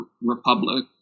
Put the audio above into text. Republic